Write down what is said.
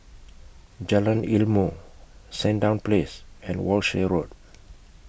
Jalan Ilmu Sandown Place and Walshe Road